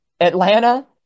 Atlanta